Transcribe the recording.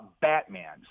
Batman